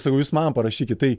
sakau jūs man parašykit tai